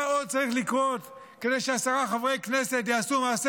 מה עוד צריך לקרות כדי שעשרה חברי כנסת יעשו מעשה